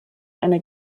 eine